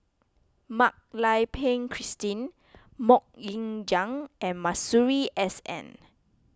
Mak Lai Peng Christine Mok Ying Jang and Masuri S N